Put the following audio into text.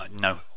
No